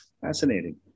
Fascinating